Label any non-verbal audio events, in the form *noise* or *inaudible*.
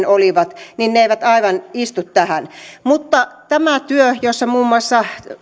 *unintelligible* olivat ne eivät aivan istu tähän mutta tässä työssä on muun muassa